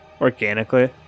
organically